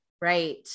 Right